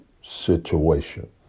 situation